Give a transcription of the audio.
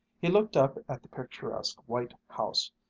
he looked up at the picturesque white house,